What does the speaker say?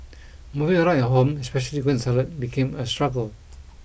moving around at home especially going to the toilet became a struggle